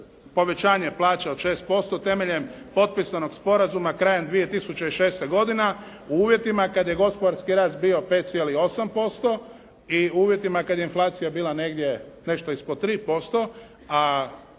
povećanje plaće od 6% temeljem potpisanog sporazuma krajem 2006. godine u uvjetima kada je gospodarski rast bio 5,8% i u uvjetima kada je inflacija bila negdje, nešto ispod 3%,